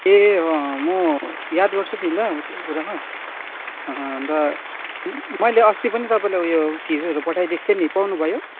ए म याद गर्छु नि ल गुरुआमा अन्त मैले अस्ति पनि तपाईँलाई उयो फिसहरू पठाइदिएको थिएँ नि पाउनुभयो